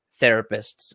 therapists